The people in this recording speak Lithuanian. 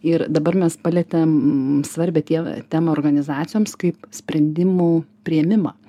ir dabar mes palietėm svarbią tie temą organizacijoms kaip sprendimų priėmimą